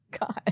God